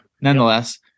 nonetheless